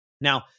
Now